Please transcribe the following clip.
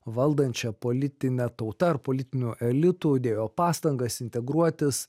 valdančia politine tauta ar politiniu elitu dėjo pastangas integruotis